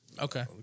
Okay